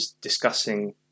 discussing